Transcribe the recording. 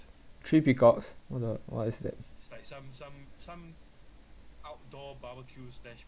three peacocks what the what is that